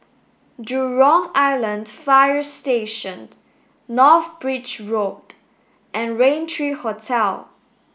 Jurong Island Fire Station North Bridge Road and Rain Three Hotel